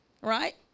right